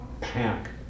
pack